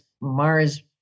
Mars